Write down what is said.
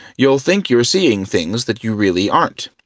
you'll think you're seeing things that you really aren't.